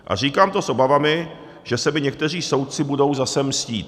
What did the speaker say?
A říkám to s obavami, že se mi někteří soudci budou zase mstít.